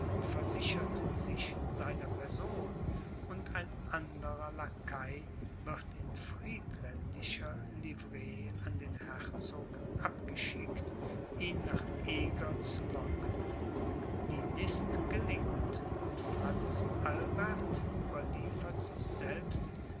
versichert sich seiner person und ein anderer lakai wird in friedländischer livree an den herzog abgeschickt ihn nach eger zu locken die list gelingt und franz albert überliefert sich selbst